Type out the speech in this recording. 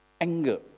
anger